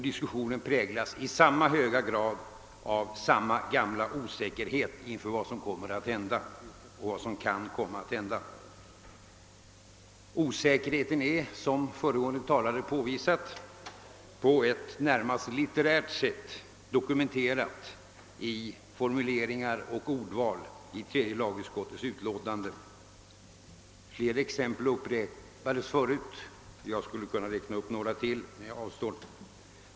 Diskussionen präglas i lika hög grad av samma gamla osäkerhet inför vad som kan komma att hända. Osäkerheten är, som föregående talare påvisat, på ett närmast litterärt sätt dokumenterad i formuleringar och ordval i tredje lagutskottets utlåtande. Flera exempel uppräknades förut, och jag skulle kunna räkna upp några till men jag avstår.